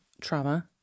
trauma